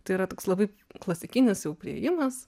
tai yra toks labai klasikinis jau priėjimas